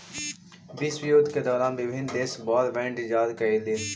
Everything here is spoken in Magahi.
विश्वयुद्ध के दौरान विभिन्न देश वॉर बॉन्ड जारी कैलइ